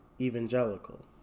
Evangelical